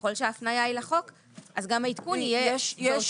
וככל שההפניה היא לחוק אז גם העדכון יהיה באותה דרך.